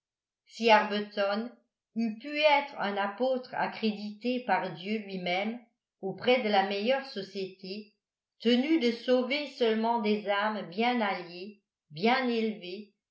arbuton eût pu être un apôtre accrédité par dieu lui-même auprès de la meilleure société tenu de sauver seulement des âmes bien alliées bien élevées